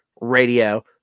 Radio